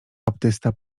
baptysta